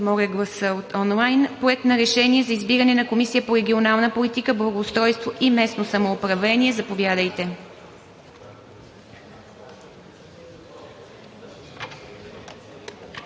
отчетете онлайн гласа. Проект на решение за избиране на Комисия по регионална политика, благоустройство и местно самоуправление. Заповядайте.